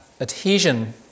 adhesion